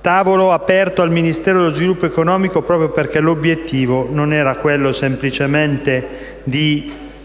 tavolo era stato aperto al Ministero dello sviluppo economico proprio perché l'obiettivo non era quello semplicemente di